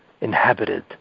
inhabited